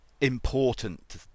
important